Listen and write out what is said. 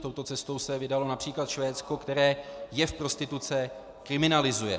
Touto cestou se vydalo například Švédsko, které jev prostituce kriminalizuje.